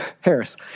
Harris